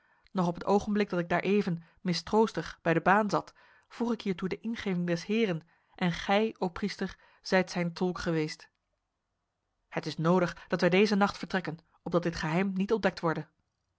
nog op het ogenblik dat ik daar even mistroostig bij de baan zat vroeg ik hiertoe de ingeving des heren en gij o priester zijt zijn tolk geweest het is nodig dat wij deze nacht vertrekken opdat dit geheim niet ontdekt worde